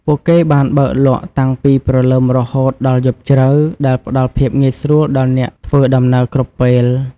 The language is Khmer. ពួកគេបានបើកលក់តាំងពីព្រលឹមរហូតដល់យប់ជ្រៅ ដែលផ្តល់ភាពងាយស្រួលដល់អ្នកធ្វើដំណើរគ្រប់ពេល។